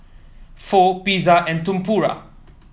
Pho Pizza and Tempura